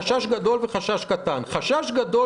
חשש גדול וחשש קטן: חשש גדול,